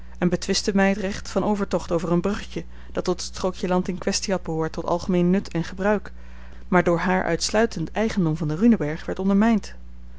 en betwistte mij het recht van overtocht over een bruggetje dat tot het strookje land in kwestie had behoord tot algemeen nut en gebruik maar door haar uitsluitend eigendom van den runenberg werd ondermijnd